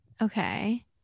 okay